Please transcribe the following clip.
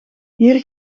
hier